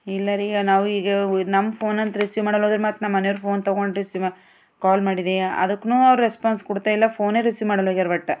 ಇಲ್ಲ ರೀ ನಾವೀಗ ನಮ್ಮ ಫೋನಂತು ರಿಸೀವ್ ಮಾಡಲ್ಲದಾರು ಮತ್ತೆ ನಮ್ಮ ಮನೆಯವರು ಫೋನ್ ತಗೋಂಡು ರಿಸೀವ್ ಕಾಲ್ ಮಾಡಿದೆ ಅದಕ್ಕೂನು ಅವರು ರೆಸ್ಪಾನ್ಸ್ ಕೊಡ್ತಾಯಿಲ್ಲ ಫೋನೇ ರಿಸೀವ್ ಮಾಡಲ್ಯೊಗಾರ ಬಟ್